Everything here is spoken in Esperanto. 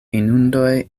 inundoj